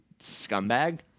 scumbag